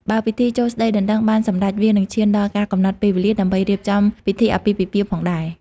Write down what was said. បើពិធីចូលស្តីដណ្ដឹងបានសម្រេច វានឹងឈានដល់ការកំណត់ពេលវេលា ដើម្បីរៀបចំពិធីអាពាហ៍ពិពាហ៍ផងដែរ។